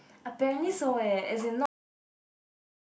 apparently so eh as in not very near